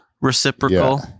reciprocal